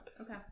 Okay